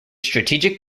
strategic